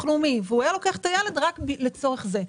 לאומי והוא היה לוקח את הילד רק לצורך זה.